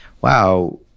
wow